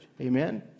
Amen